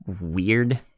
weird